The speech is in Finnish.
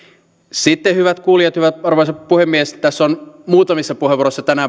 sitten hyvät kuulijat arvoisa puhemies tässä on muutamissa puheenvuoroissa tänään